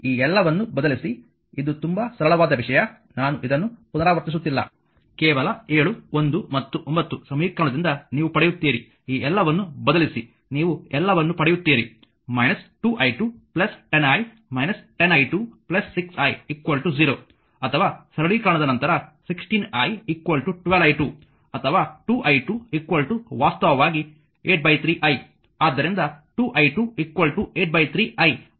ಈ ಎಲ್ಲವನ್ನು ಬದಲಿಸಿ ಇದು ತುಂಬಾ ಸರಳವಾದ ವಿಷಯ ನಾನು ಇದನ್ನು ಪುನರಾವರ್ತಿಸುತ್ತಿಲ್ಲ ಕೇವಲ 7 1 ಮತ್ತು 9 ಸಮೀಕರಣದಿಂದ ನೀವು ಪಡೆಯುತ್ತೀರಿ ಈ ಎಲ್ಲವನ್ನು ಬದಲಿಸಿ ನೀವು ಎಲ್ಲವನ್ನೂ ಪಡೆಯುತ್ತೀರಿ 2i210i 10i26i0 ಅಥವಾ ಸರಳೀಕರಣದ ನಂತರ 16i 12i2 ಅಥವಾ 2i2 ವಾಸ್ತವವಾಗಿ 83i ಆದ್ದರಿಂದ 2i2 83i ಅನ್ನು ಪಡೆಯುತ್ತದೆ